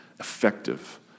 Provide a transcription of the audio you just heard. effective